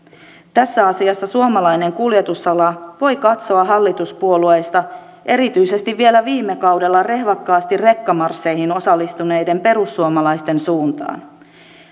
tässä asiassa suomalainen kuljetusala voi katsoa hallituspuolueista erityisesti vielä viime kaudella rehvakkaasti rekkamarsseihin osallistuneiden perussuomalaisten suuntaan